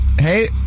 hey